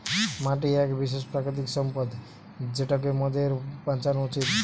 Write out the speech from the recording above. মাটি এক বিশেষ প্রাকৃতিক সম্পদ যেটোকে মোদের বাঁচানো উচিত